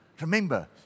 Remember